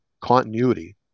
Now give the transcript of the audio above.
continuity